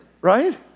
Right